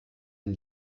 ein